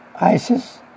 ISIS